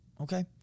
Okay